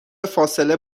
فاصله